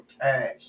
cash